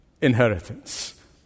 inheritance